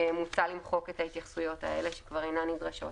מוצע למחוק את ההתייחסויות האלה שכבר אינן נדרשות.